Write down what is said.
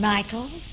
Michael